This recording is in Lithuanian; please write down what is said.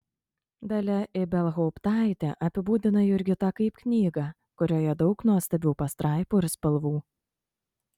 dalia ibelhauptaitė apibūdina jurgitą kaip knygą kurioje daug nuostabių pastraipų ir spalvų